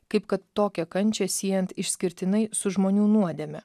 kaip kad tokią kančią siejant išskirtinai su žmonių nuodėme